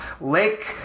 Lake